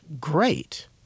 great